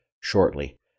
shortly